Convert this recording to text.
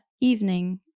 evening